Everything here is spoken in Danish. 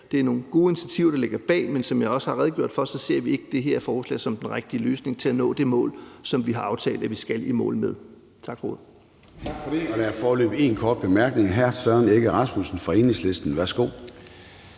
Det er nogle gode initiativer, der ligger bag, men som jeg også har redegjort for, ser vi ikke det her forslag som den rigtige løsning til at nå det mål, som vi har aftalt at vi skal nå. Tak for ordet.